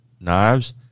knives